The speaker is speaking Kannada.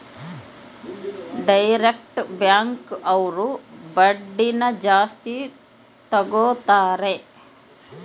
ಡೈರೆಕ್ಟ್ ಬ್ಯಾಂಕ್ ಅವ್ರು ಬಡ್ಡಿನ ಜಾಸ್ತಿ ತಗೋತಾರೆ